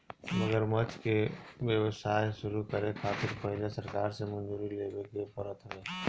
मगरमच्छ के व्यवसाय शुरू करे खातिर पहिले सरकार से मंजूरी लेवे के पड़त हवे